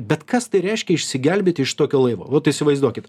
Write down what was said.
bet kas tai reiškia išsigelbėti iš tokio laivo vot įsivaizduokit